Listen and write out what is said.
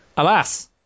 alas